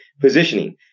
positioning